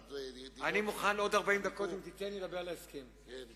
מודה לסבלנים